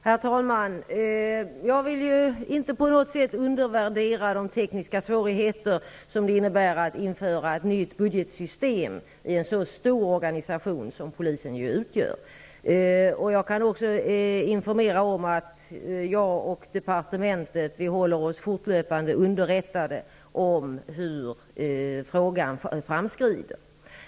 Herr talman! Jag vill inte på något sätt undervärdera de tekniska svårigheter som det innebär att införa ett nytt budgetsystem i en så stor organisation som polisen utgör. Jag kan också informera om att jag och departementet håller oss fortlöpande underrättade om hur frågan framskrider.